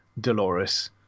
Dolores